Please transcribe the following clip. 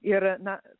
ir na